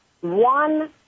one